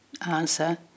answer